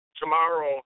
tomorrow